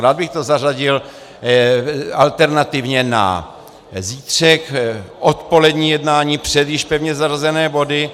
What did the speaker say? Rád bych to zařadil alternativně na zítřek, odpolední jednání před již pevně zařazené body.